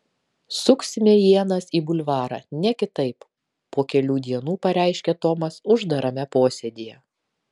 suksime ienas į bulvarą ne kitaip po kelių dienų pareiškė tomas uždarame posėdyje